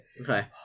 Okay